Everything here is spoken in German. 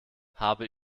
habe